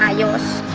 ah us